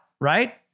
right